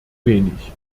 wenig